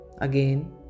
Again